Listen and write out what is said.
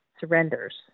surrenders